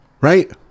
right